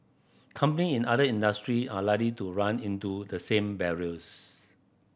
company in other industry are likely to run into the same barriers